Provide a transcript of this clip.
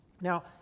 Now